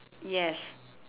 yes